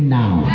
now